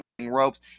ropes